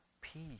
peace